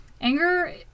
Anger